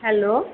hello